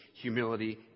humility